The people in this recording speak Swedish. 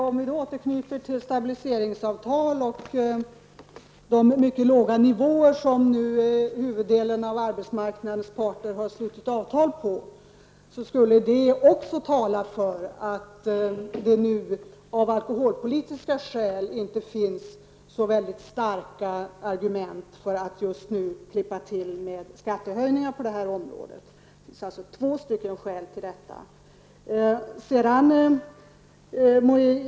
Om vi återknyter till stabiliseringsavtalet och de mycket låga nivåer som huvuddelen av arbetsmarknadens parter nu har slutit avtal på, skulle det också tala för att det av alkoholpolitiska skäl inte finns så starka argument för att just nu klippa till med skattehöjningar på detta område. Det finns alltså två skäl till detta.